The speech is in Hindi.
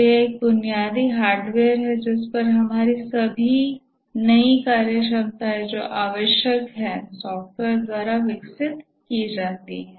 तो एक बुनियादी हार्डवेयर है जिस पर हमारी सभी नई कार्यक्षमताएं जो आवश्यक हैं सॉफ्टवेयर द्वारा विकसित की जाती हैं